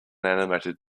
animated